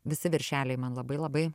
visi viršeliai man labai labai